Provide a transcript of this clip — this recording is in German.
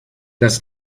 dass